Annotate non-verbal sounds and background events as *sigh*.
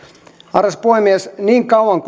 arvoisa puhemies niin kauan *unintelligible*